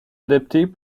adaptées